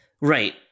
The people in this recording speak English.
Right